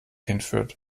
hinführt